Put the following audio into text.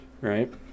Right